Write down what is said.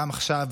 גם עכשיו,